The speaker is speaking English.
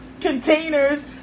containers